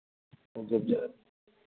ओ जब जा